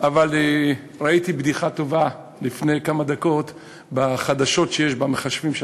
אבל ראיתי בדיחה טובה לפני כמה דקות בחדשות שיש במחשבים,